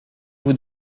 vous